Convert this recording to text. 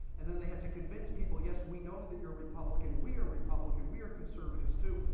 and then they had to convince people. yes, we know that you're republican. we are republican. we are conservatives, too,